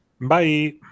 bye